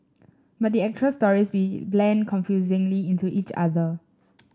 but the actual stories blend confusingly into each other